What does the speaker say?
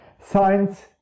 Science